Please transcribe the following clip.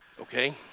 okay